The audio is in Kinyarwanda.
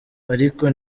ariko